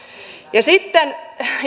sitten